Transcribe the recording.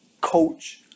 coach